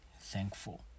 thankful